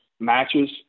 matches